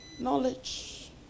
Knowledge